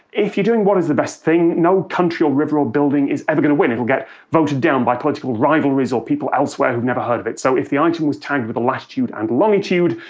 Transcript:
if you're doing what is the best thing, no country or river or building is ever going to win, it'll get voted down by political rivalries or people elsewhere who've never heard of it, so if the item was tagged with a latitude and longitude,